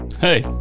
Hey